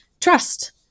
trust